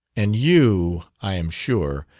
and you, i am sure,